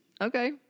Okay